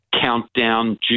countdown